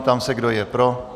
Ptám se, kdo je pro.